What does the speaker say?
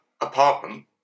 apartment